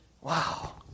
Wow